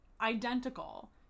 identical